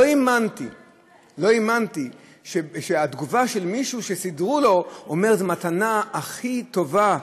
לא האמנתי שהתגובה של מישהו שסידרו לו אומר: זאת המתנה הכי טובה,